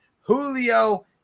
Julio